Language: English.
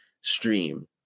stream